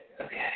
Okay